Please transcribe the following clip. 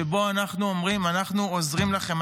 שאנחנו אומרים לכם בו: אנחנו עוזרים לכם,